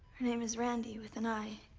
name is randi with an i.